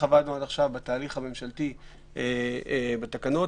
בתהליך הממשלתי בתקנות,